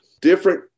different